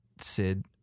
Sid